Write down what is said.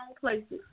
places